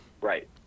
Right